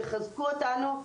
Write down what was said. תחזקו אותנו,